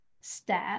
step